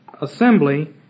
assembly